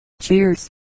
Cheers